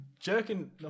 Jerking